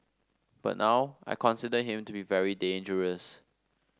but now I consider him to be very dangerous